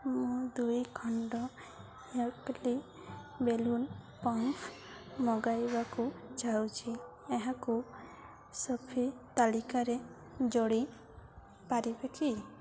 ମୁଁ ଦୁଇଖଣ୍ଡ ହ୍ୟାଙ୍କ୍ଲି ବେଲୁନ୍ ପମ୍ପ୍ ମଗାଇବାକୁ ଚାହୁଁଛି ଏହାକୁ ସପିଙ୍ଗ ତାଲିକାରେ ଯୋଡ଼ି ପାରିବେ କି